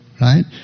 right